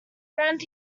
around